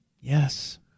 yes